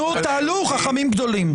נו תעלו, חכמים גדולים.